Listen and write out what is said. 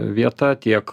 vieta tiek